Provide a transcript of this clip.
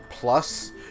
plus